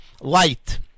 light